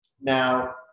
now